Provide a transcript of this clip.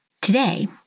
Today